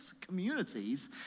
communities